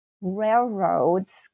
railroads